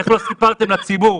איך לא סיפרתם לציבור?